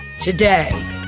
today